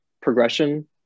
progression